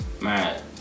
Man